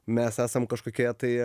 mes esam kažkokioje tai